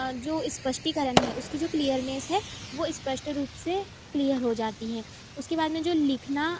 जो स्पष्टीकरण है उसकी जो क्लियरनेस है वो स्पष्ट रूप से क्लियर हो जाती है उसके बाद में जो लिखना